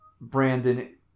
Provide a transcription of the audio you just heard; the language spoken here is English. Brandon